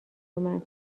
اومد